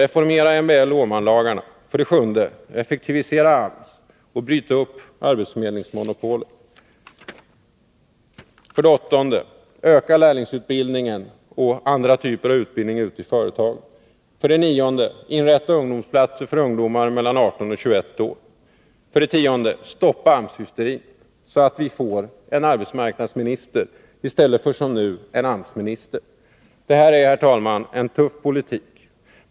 Reformera MBL och Åmanlagarna! 7. Effektivisera AMS och bryt upp arbetsförmedlingsmonopolet! 8. Öka lärlingsutbildningen och andra typer av utbildning ute i företagen! 10. Stoppa AMS-hysterin, så att vi får en arbetsmarknadsminister i stället för, som nu, en AMS-minister! Detta är, herr talman, en tuff politik.